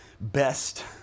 best